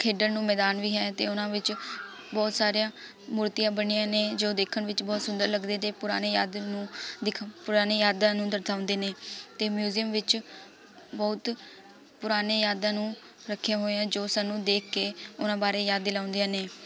ਖੇਡਣ ਨੂੰ ਮੈਦਾਨ ਵੀ ਹੈ ਅਤੇ ਉਨ੍ਹਾਂ ਵਿੱਚ ਬਹੁਤ ਸਾਰੀਆਂ ਮੂਰਤੀਆਂ ਬਣੀਆ ਨੇ ਜੋ ਦੇੇਖਣ ਵਿੱਚ ਬਹੁਤ ਸੁੰਦਰ ਲੱਗਦੇ ਅਤੇ ਪੁਰਾਣੇ ਯਾਦ ਨੂੰ ਦਿਖਾ ਪੁਰਾਣੀ ਯਾਦਾਂ ਨੂੰ ਦਰਸਾਉਂਦੇ ਨੇ ਅਤੇ ਮਿਊਜ਼ੀਅਮ ਵਿੱਚ ਬਹੁਤ ਪੁਰਾਣੇ ਯਾਦਾਂ ਨੂੰ ਰੱਖੇ ਹੋਏ ਹੈ ਜੋ ਸਾਨੂੰ ਦੇਖ ਕੇ ਉਹਨਾਂ ਬਾਰੇ ਯਾਦ ਦਿਲਾਉਂਦੀਆਂ ਨੇ